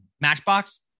Matchbox